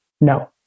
No